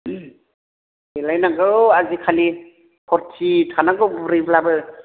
देलायनांगौ आजिखालि फुर्टि थानांगौ बुरैब्लाबो